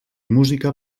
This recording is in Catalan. música